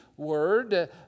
word